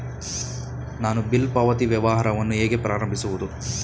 ನಾನು ಬಿಲ್ ಪಾವತಿ ವ್ಯವಹಾರವನ್ನು ಹೇಗೆ ಪ್ರಾರಂಭಿಸುವುದು?